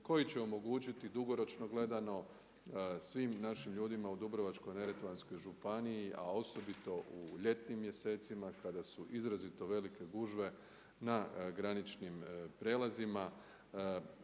koji će omogućiti dugoročno gledano svim našim ljudima u Dubrovačko-neretvanskoj županiji, a osobito u ljetnim mjesecima kada su izrazito velike gužve na graničnim prijelazima,